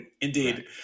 Indeed